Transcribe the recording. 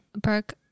brooke